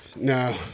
No